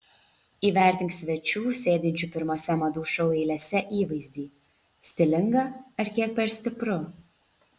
įvertink svečių sėdinčių pirmose madų šou eilėse įvaizdį stilinga ar kiek per stipru